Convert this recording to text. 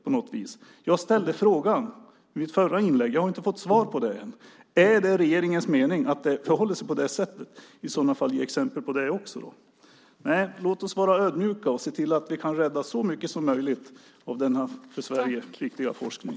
Jag frågade om detta i mitt förra inlägg men har ännu inte fått något svar. Är det alltså regeringens mening att det förhåller sig på nämnda sätt? Ge i så fall exempel också på det! Nej, låt oss vara ödmjuka och se till att vi kan rädda så mycket som möjligt av denna för Sverige viktiga forskning!